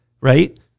right